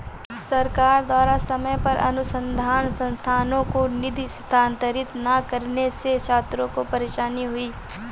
सरकार द्वारा समय पर अनुसन्धान संस्थानों को निधि स्थानांतरित न करने से छात्रों को परेशानी हुई